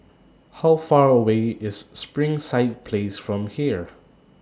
How Far away IS Springside Place from here